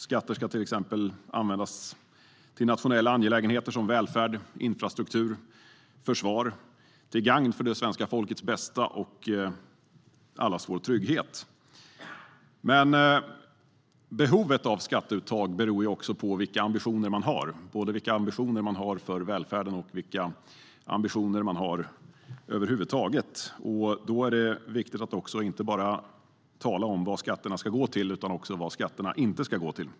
Skatter ska användas exempelvis till nationella angelägenheter som välfärd, infrastruktur och försvar, till gagn för det svenska folkets bästa och för allas vår trygghet. Behovet av skatteuttag beror dock också på vilka ambitioner man har, både för välfärden och över huvud taget. Då är det viktigt att inte bara tala om vad skatterna ska gå till utan också vad de inte ska gå till.